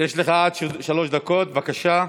דקות, בבקשה.